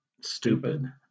Stupid